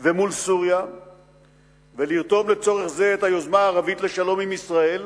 ומול סוריה ולרתום לצורך זה את היוזמה הערבית לשלום עם ישראל,